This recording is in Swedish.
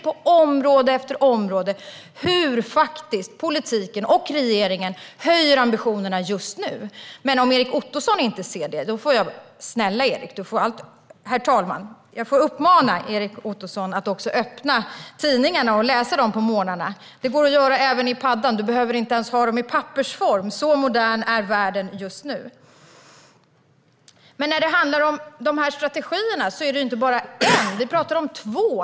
På område efter område ser vi hur politiken och regeringen höjer ambitionerna just nu. Om inte Erik Ottoson ser detta får jag uppmana honom, herr talman, att öppna tidningarna och läsa dem på morgnarna. Det går att göra även i "paddan". Du behöver inte ens ha tidningarna i pappersform. Så modern är världen just nu. Sedan var det frågan om strategierna. Det är inte bara fråga om en utan om två.